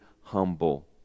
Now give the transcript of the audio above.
humble